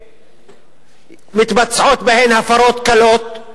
שמתבצעות בהן הפרות קלות,